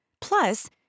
Plus